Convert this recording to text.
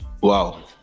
wow